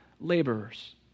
laborers